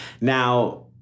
Now